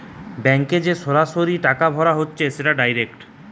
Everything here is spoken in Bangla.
ব্যাংকে যে সরাসরি টাকা ভরা হতিছে সেটা ডাইরেক্ট